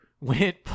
went